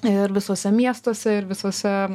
ir visuose miestuose ir visose